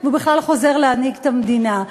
והוא בכלל חוזר להנהיג את המדינה.